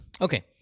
okay